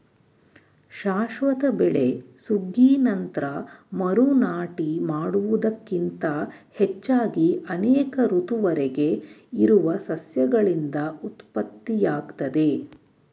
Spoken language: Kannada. ಶಾಶ್ವತ ಬೆಳೆ ಸುಗ್ಗಿ ನಂತ್ರ ಮರು ನಾಟಿ ಮಾಡುವುದಕ್ಕಿಂತ ಹೆಚ್ಚಾಗಿ ಅನೇಕ ಋತುವರೆಗೆ ಇರುವ ಸಸ್ಯಗಳಿಂದ ಉತ್ಪತ್ತಿಯಾಗ್ತದೆ